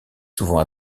souvent